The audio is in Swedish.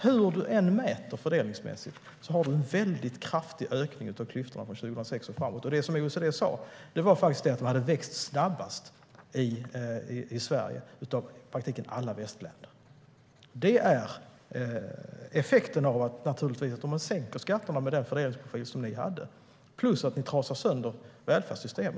Hur man än mäter fördelningsmässigt har vi en väldigt kraftig ökning av klyftorna från 2006 och framåt. Det som OECD sa var faktiskt att klyftorna hade växt snabbast i Sverige av i praktiken alla västländer. Det är naturligtvis effekten av att sänka skatterna med den fördelningsprofil som ni hade samtidigt som ni trasade sönder välfärdssystemen.